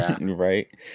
Right